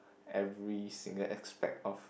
every single aspect of